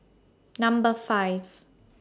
Number five